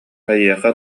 эйиэхэ